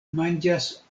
manĝas